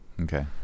Okay